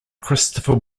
christopher